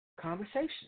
conversation